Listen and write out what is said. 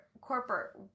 corporate